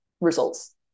results